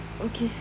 okay